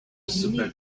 super